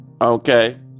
Okay